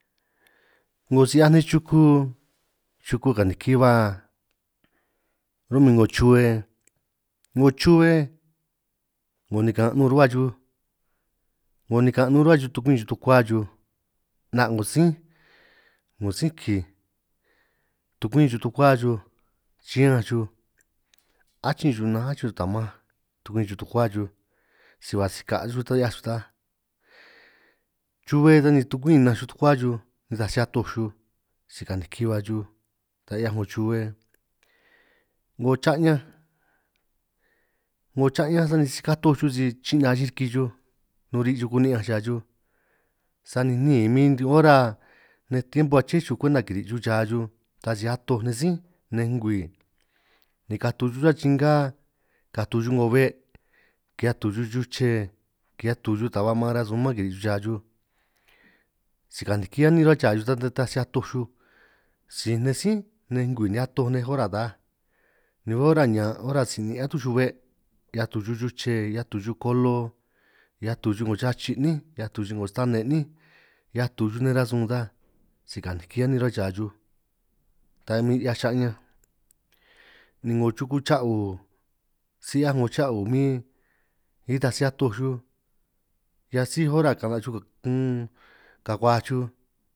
'Ngo si 'hiaj nej chuku chuku kaniki baa ro'min 'ngo chuhue, 'ngo chuhue ni 'ngo nikan' nun ruhua chuj 'ngo nikan' nun ruhua xuj tukwin xuj tukuá xuj, 'na' 'ngo sí 'ngo sí kij tukwin xuj tukuá xuj, chiñanj xuj achin xuj nnanj achin xuj tamanj tukwin xuj tukuá xuj, si ba sika' xuj ta 'hiaj xuj taj chuhue sani tukwin nnanj xuj tukua xuj, nitaj si atoj xuj si kaniki ba xuj ta 'hiaj 'ngo chuhue, 'ngo cha'ñanj 'ngo cha'ñanj sani si katoj chuj si chinaa achin riki chuj, nun ri' chuj kuni'ñanj cha chuj sani niin min ora nej tiempo aché chuj kwenta kiri chuj cha chuj, taj si atoj nej sí nej ngwii ni katu chuj chuhua chingá katu chuj 'ngo be', ki'hiaj tu chuj chuche ki'hiaj tu chuj ta ba maan rasuun man kiri' chuj cha chuj, si kaniki anin ruhua chaa chuj tan ta nitaj si atoj chuj si nej sí nej ngwii ni atoj nej ora taj ni ora ñan' ora si'nin atuj chuj be', 'hiaj tu chuj chuche, 'hiaj tu chuj kolo, 'hiaj tu chuj 'ngo chachij 'nín, 'hiaj tu chuj 'ngo stane 'níj, 'hiaj tu xuj nej rasun ta si kaniki anin ruhua chaa chuj, ta huin 'hiaj cha'ñanj ni 'ngo chuku cha'u si 'hiaj 'ngo cha'u huin itaj si atoj xuj, hiaj sij ora ka'na' xuj inn kaguaj xuj.